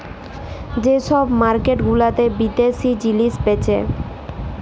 যে ছব মার্কেট গুলাতে বিদ্যাশি জিলিস বেঁচে